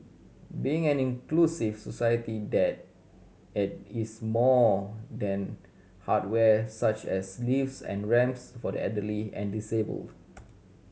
being an inclusive society that is more than hardware such as lifts and ramps for the elderly and disabled